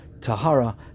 tahara